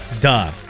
Duh